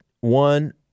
one